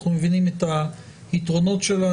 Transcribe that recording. אנחנו מבינים את היתרונות שלה,